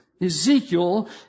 Ezekiel